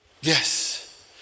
Yes